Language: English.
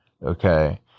Okay